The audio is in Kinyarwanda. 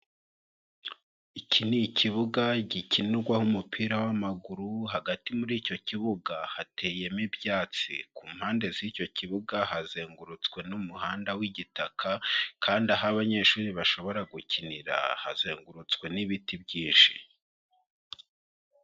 Iki ni ikibuga gikinirwaho umupira w'amaguru, hagati muri icyo kibuga hateyemo ibyatsi. Ku mpande z'icyo kibuga, hazengurutswe n'umuhanda w'igitaka kandi aho abanyeshuri bashobora gukinira, hazengurutswe n'ibiti byinshi.